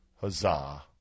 Huzzah